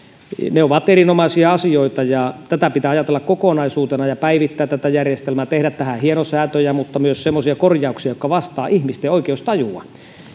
ne ovat erinomaisia asioita tätä pitää ajatella kokonaisuutena ja päivittää tätä järjestelmää tehdä hienosäätöjä mutta myös semmoisia korjauksia jotka vastaavat ihmisten oikeustajua